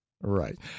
Right